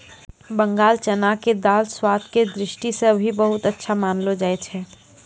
बंगाल चना के दाल स्वाद के दृष्टि सॅ भी बहुत अच्छा मानलो जाय छै